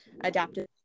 adaptive